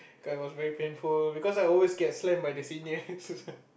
cause it was very painful because I always get slammed by the seniors